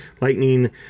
lightning